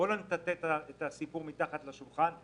בואו לא נטאטא את הסיפור מתחת לשולחן.